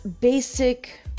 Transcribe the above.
basic